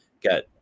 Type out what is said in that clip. get